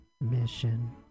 mission